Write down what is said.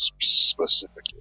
specifically